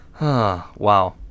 wow